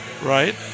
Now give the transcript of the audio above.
Right